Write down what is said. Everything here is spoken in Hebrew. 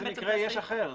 איזה מקרה אחר יש?